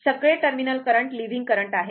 सगळे terminal current living current आहेत